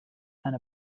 and